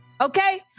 Okay